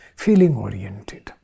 feeling-oriented